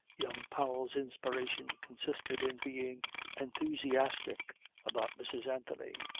young powell's inspiration consisted in being enthusiastic about mrs. anthony.